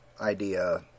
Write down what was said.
idea